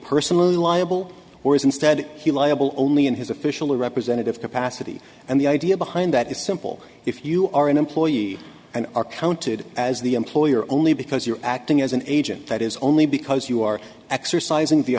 personally liable or is instead he liable only in his official representative capacity and the idea behind that is simple if you are an employee and are counted as the employer only because you're acting as an agent that is only because you are exercising the